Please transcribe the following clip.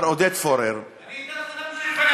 אם אתה פונה אלי, אתה תקבל תשובה.